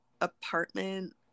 apartment